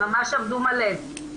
ממש עבדו מלא.